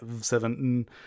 seven